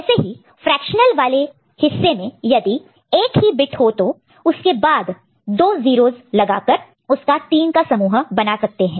वैसे ही फ्रेक्शनल वाले हिस्से में यदि 1 ही बिट हो तो उसके के बाद दो 0's लगाकर उसका 3 का समूह ग्रुप group बना सकते हैं